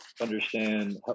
understand